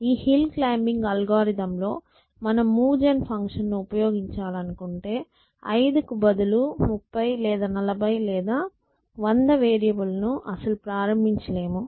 ఈ hill climbing algorithm లో మనం మూవ్ జెన్ ఫంక్షన్ ఉపయోగించాలనుకుంటే 5 కి బదులు 30 లేదా 40 లేదా 100 వేరియబుల్ లను అసలు ప్రారంభించలేము